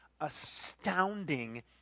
astounding